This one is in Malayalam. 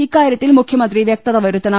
ഇക്കാര്യത്തിൽ മുഖ്യമ്ന്ത്രി വ്യക്തത വരുത്തണം